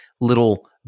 little